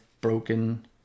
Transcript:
broken